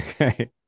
Okay